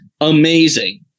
amazing